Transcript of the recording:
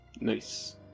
Nice